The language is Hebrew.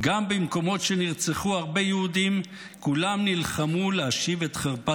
גם במקומות שנרצחו הרבה יהודים כולם נלחמו להשיב את חרפת ישראל".